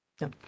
no